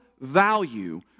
value